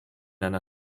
einer